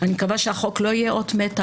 אני מקווה שהחוק לא יהיה אות מתה,